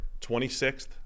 26th